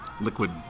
liquid